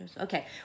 Okay